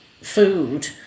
food